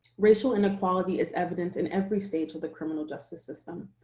racial inequality is evident in every stage of the criminal justice system,